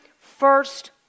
first